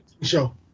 show